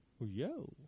yo